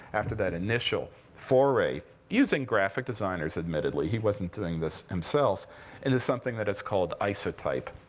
after that initial foray, using graphic designers, admittedly he wasn't doing this himself into something that is called isotype,